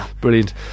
Brilliant